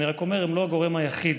אני רק אומר: הם לא הגורם היחיד.